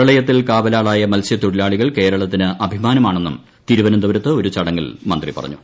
പ്രളയത്തിൽ കാവലാളായ മത്സൃതൊഴിലാളികൾ കേരളത്തിന് അഭിമാനമാണെന്നും തിരുവനന്തപുരത്ത് ഒരു ചടങ്ങിൽ മന്ത്രി പറഞ്ഞു